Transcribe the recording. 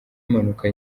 impanuka